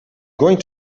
going